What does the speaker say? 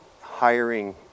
hiring